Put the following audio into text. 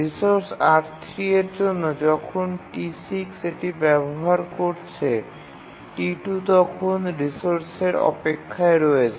resource R3 এর জন্য যখন T6 এটি ব্যবহার করছে T2 তখন রিসোর্সের অপেক্ষায় রয়েছে